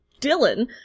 Dylan